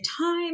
time